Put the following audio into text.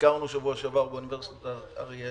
ביקרנו בשבוע שעבר באוניברסיטת אריאל,